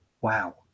Wow